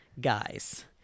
Guys